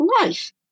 life